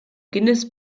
guinness